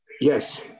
Yes